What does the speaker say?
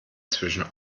zwischen